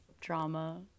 drama